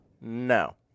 No